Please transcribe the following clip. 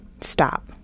stop